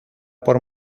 por